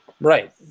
Right